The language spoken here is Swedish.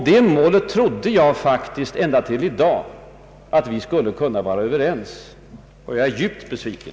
Jag trodde faktiskt, ända till i dag, att vi skulle kunna vara överens om det målet, och jag är djupt besviken.